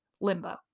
limbo